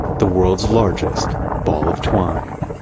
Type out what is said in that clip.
the world's largest ball of twine